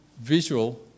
visual